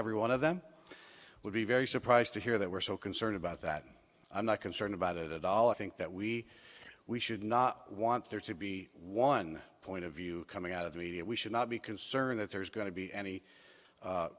every one of them would be very surprised to hear that we're so concerned about that i'm not concerned about it at all i think that we we should not want there to be one point of view coming out of the media we should not be concerned that there's going to be any